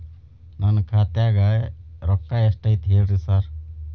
ನನ್ ಖಾತ್ಯಾಗ ರೊಕ್ಕಾ ಎಷ್ಟ್ ಐತಿ ಹೇಳ್ರಿ ಸಾರ್?